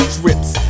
drips